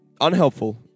unhelpful